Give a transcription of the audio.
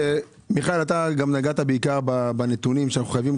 מיכאל, אתה גם נגעת בעיקר בנתונים שאנחנו חייבים.